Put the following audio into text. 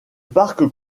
parc